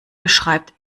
beschreibt